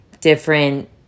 different